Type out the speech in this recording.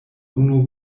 unu